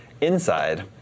Inside